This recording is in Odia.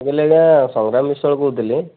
ମୁଁ କହିଲି ଆଜ୍ଞା ସଂଗ୍ରାମ ବିଶ୍ୱାଳ କହୁଥିଲି